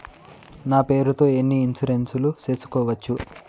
నా పేరుతో ఎన్ని ఇన్సూరెన్సులు సేసుకోవచ్చు?